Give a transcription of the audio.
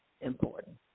important